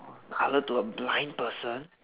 colour to a blind person